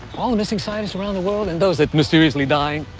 all the missing scientist around the world and those that mysteriously dying.